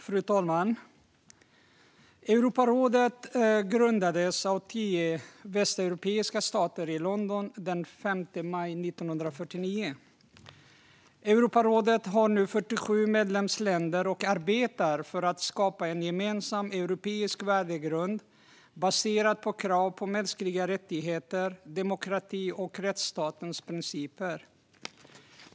Fru talman! Europarådet grundades av 10 västeuropeiska stater i London den 5 maj 1949. Europarådet har nu 47 medlemsländer och arbetar för att skapa en gemensam europeisk värdegrund baserad på krav på mänskliga rättigheter, demokrati och rättsstatens principer.